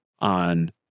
On